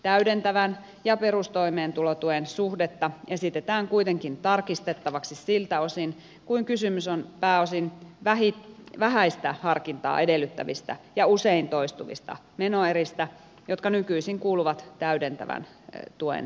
täydentävän ja perustoimeentulotuen suhdetta esitetään kuitenkin tarkistettavaksi siltä osin kuin kysymys on pääosin vähäistä harkintaa edellyttävistä ja usein toistuvista menoeristä jotka nykyisin kuuluvat täydentävän tuen piiriin